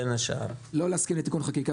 בין השאר -- לא להסכים לתיקון חקיקה,